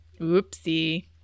Oopsie